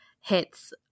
hits